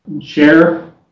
share